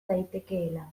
daitekeela